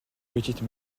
petites